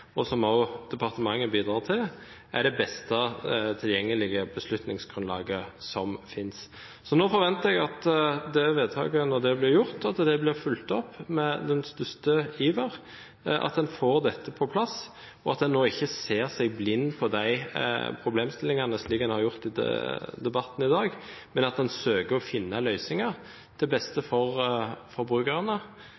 og som også departementet bidrar til, er det beste tilgjengelige beslutningsgrunnlaget som finnes. Så nå forventer jeg at vedtaket, når det blir gjort, blir fulgt opp med den største iver, at en får dette på plass, og at en ikke ser seg blind på problemstillingene, slik en har gjort i debatten i dag, men søker å finne løsninger til beste for forbrukerne.